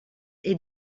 est